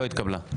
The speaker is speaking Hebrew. לא התקבלה.